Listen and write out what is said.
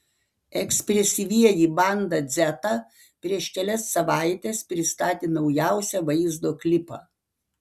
ekspresyvieji banda dzeta prieš kelias savaites pristatė naujausią vaizdo klipą